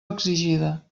exigida